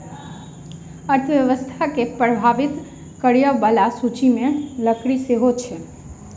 अर्थव्यवस्था के प्रभावित करय बला सूचि मे लकड़ी सेहो अछि